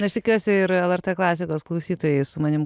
aš tikiuosi ir lrt klasikos klausytojai su manim